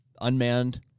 unmanned